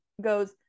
goes